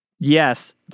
Yes